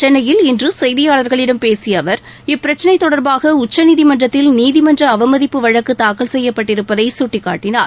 சென்னையில் இன்று செய்தியாளர்களிடம் பேசிய அவர் இப்பிரச்சினை தொடர்பாக உச்சநீதிமன்றத்தில் நீதிமன்ற அவமதிப்பு வழக்கு தாக்கல் செய்யப்பட்டிருப்பதை சுட்டிக்காட்டினார்